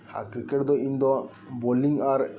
ᱟᱨ cricket ᱫᱚ ᱤᱧᱫᱚ bowling ᱟᱨ